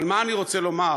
אבל מה אני רוצה לומר?